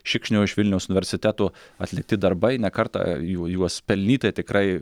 šikšnio iš vilniaus universiteto atlikti darbai ne kartą jų juos pelnytai tikrai